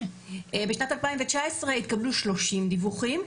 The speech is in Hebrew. בשנת 2019 התקבלו 30 דיווחים,